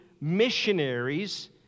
missionaries